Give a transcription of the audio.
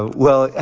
well,